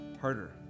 harder